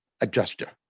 adjuster